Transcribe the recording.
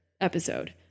episode